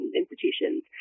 institutions